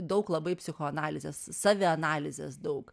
daug labai psichoanalizės savianalizės daug